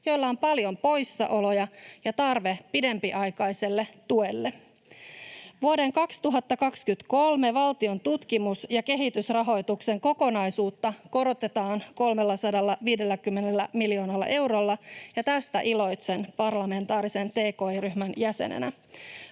joilla on paljon poissaoloja ja tarve pidempiaikaiselle tuelle. Vuoden 2023 valtion tutkimus- ja kehitysrahoituksen kokonaisuutta korotetaan 350 miljoonalla eurolla, ja tästä iloitsen parlamentaarisen TKI-ryhmän jäsenenä.